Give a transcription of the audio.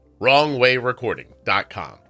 WrongWayRecording.com